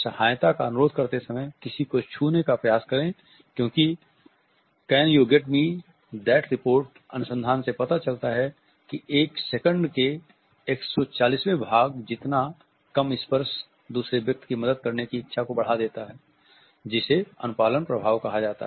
सहायता का अनुरोध करते समय किसी को छूने का प्रयास करें क्योकि "can you get me that report" अनुसंधान से पता चलता है कि एक सेकंड के 140 वे भाग जितना कम स्पर्श दूसरे व्यक्ति की मदद करने की इच्छा को बढा देता है जिसे अनुपालन प्रभाव कहा जाता है